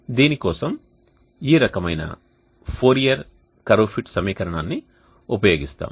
దీని కోసం ఈ రకమైన ఫోరియర్ కర్వ్ ఫిట్ సమీకరణాన్ని ఉపయోగిస్తాము